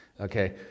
okay